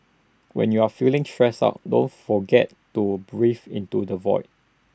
when you are feeling stressed out don't forget to breathe into the void